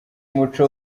muco